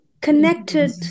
connected